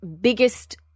biggest